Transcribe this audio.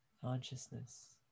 consciousness